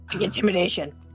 Intimidation